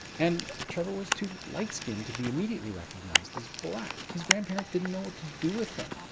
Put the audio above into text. and trevor was too light skinned to be immediately recognized as black. his grandparents didn't know what to do with him.